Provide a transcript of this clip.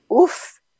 oof